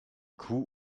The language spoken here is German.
kuh